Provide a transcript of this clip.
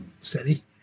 Steady